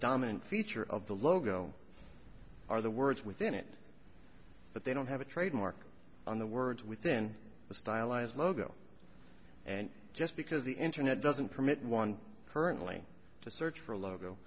dominant feature of the logo are the words within it but they don't have a trademark on the words within the stylized mogo and just because the internet doesn't permit one currently to search for a logo